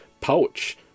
pouch